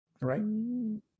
Right